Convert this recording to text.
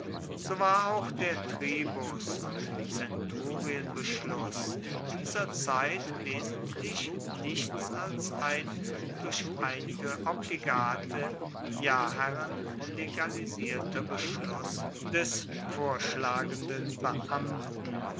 so war auch der tribus und zenturienbeschluß in dieser zeit wesentlich nichts als ein durch einige obligate jaherren legalisierter beschluß des vorschlagenden beamten